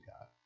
God